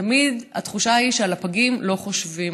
תמיד התחושה היא שעל הפגים לא חושבים.